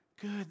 good